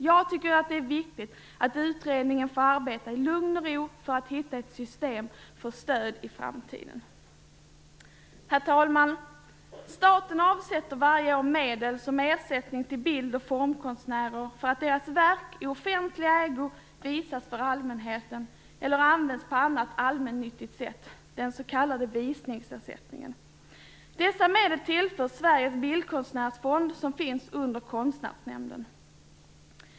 Jag tycker att det är viktigt att utredningen får arbeta i lugn och ro för att hitta ett system för stöd i framtiden. Herr talman! Staten avsätter varje år medel som ersättning till bild och formkonstnärer för att deras verk i offentlig ägo visas för allmänheten eller används på annat allmännyttigt sätt - den s.k. visningsersättningen. Dessa medel tillförs Sveriges bildkonstnärsfond, som finns under Konstnärsnämnden.